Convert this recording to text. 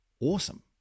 awesome